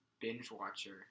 binge-watcher